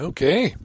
Okay